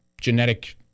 genetic